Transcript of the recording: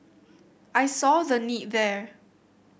I saw the need there